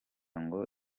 ngo